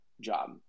job